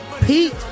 Pete